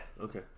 Okay